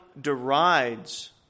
derides